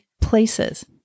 places